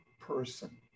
person